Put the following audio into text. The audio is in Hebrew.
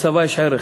לצבא יש ערך.